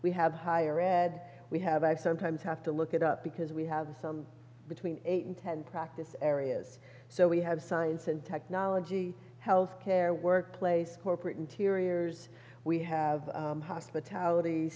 we have higher red we have i sometimes have to look it up because we have some between eight and ten practice areas so we have science and technology health care workplace corporate interiors we have hospitality